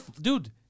dude